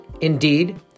Indeed